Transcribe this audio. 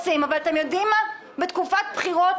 כי אתם יוצרים פה תקדים בלתי רגיל: לאבד את הממלכתיות לפני הבחירות,